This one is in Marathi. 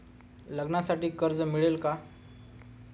लग्नासाठी कर्ज मिळेल का?